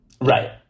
right